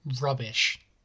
Rubbish